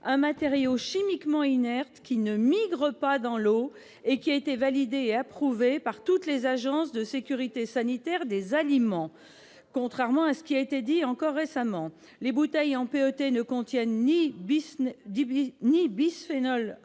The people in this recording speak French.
un matériau chimiquement inerte qui ne migre pas dans l'eau et qui a été validé et approuvé par toutes les agences de sécurité sanitaire des aliments. Contrairement à ce qui a été dit encore récemment, les bouteilles en PET ne contiennent ni bisphénol A,